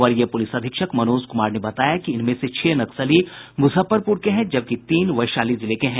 वरीय पुलिस अधीक्षक मनोज कुमार ने बताया कि इनमें से छह नक्सली मुजफ्फरपुर के हैं जबकि तीन वैशाली जिले के हैं